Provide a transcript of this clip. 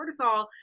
cortisol